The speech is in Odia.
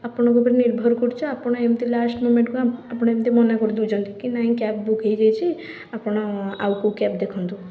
ଆପଣଙ୍କ ଉପରେ ନିର୍ଭର କରିଛୁ ଆପଣ ଏମିତି ଲାଷ୍ଟ ମୋମେଣ୍ଟକୁ ଆପ ଆପଣ ଏମିତି ମନା କରି ଦେଉଛନ୍ତି କି ନାଇଁ କ୍ୟାବ୍ ବୁକ୍ ହେଇଯାଇଛି ଆପଣ ଆଉ କେଉଁ କ୍ୟାବ୍ ଦେଖନ୍ତୁ